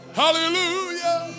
hallelujah